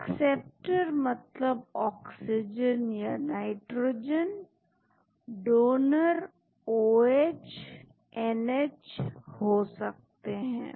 acceptor मतलब oxygen या nitrogen donor OH NH हो सकते हैं